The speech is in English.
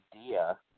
idea